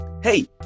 Hey